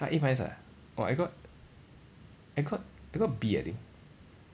uh A minus ah oh I got I got I got B I think